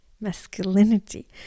masculinity